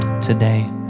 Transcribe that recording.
today